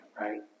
Right